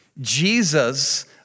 Jesus